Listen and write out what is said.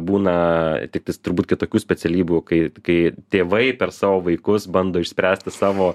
būna tiktais turbūt kitokių specialybių kai kai tėvai per savo vaikus bando išspręsti savo